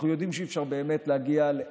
וזה דבר שנוגע בכלל האוכלוסייה,